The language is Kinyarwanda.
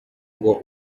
ngo